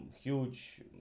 huge